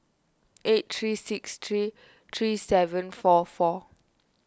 eight three six three three seven four four